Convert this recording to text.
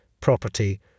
property